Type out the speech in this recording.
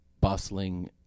bustling